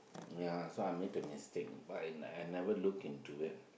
ya so I made a mistake I never look into it